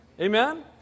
Amen